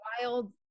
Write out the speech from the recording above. wild